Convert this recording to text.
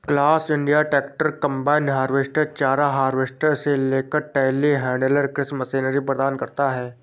class India tractor, combine harvester, चारा harvester से लेकर टेलीहैंडलर कृषि मशीनरी प्रदान करता है